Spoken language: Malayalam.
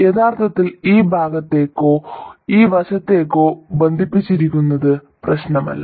യഥാർത്ഥത്തിൽ ഈ ഭാഗത്തേക്കോ ഈ വശത്തേക്കോ ബന്ധിപ്പിച്ചിരിക്കുന്നത് പ്രശ്നമല്ല